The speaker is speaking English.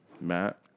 Matt